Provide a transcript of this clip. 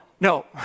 No